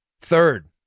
Third